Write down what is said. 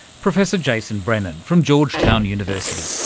professor jason brennan from georgetown university,